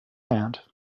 hand